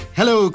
Hello